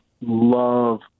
love